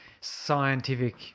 scientific